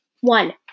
One